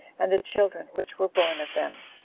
and the children which were born of them.